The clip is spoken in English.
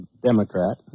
Democrat